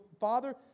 Father